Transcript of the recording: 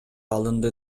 алынды